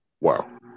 Wow